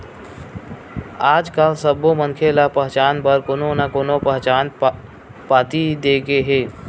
आजकाल सब्बो मनखे ल पहचान बर कोनो न कोनो पहचान पाती दे गे हे